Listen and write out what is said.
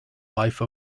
life